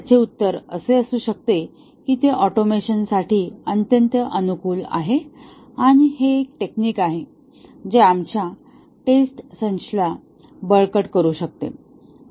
याचे उत्तर असे असू शकते की ते ऑटोमेशन साठी अत्यंत अनुकूल आहे आणि हे एक टेक्निक आहे जे आमच्या टेस्ट संचाला बळकट करू शकते